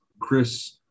Chris